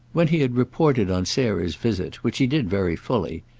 when he had reported on sarah's visit, which he did very fully,